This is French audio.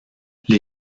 les